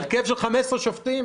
בהרכב של 15 שופטים?